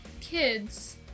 kids